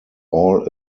all